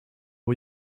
are